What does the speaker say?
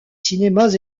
cinémas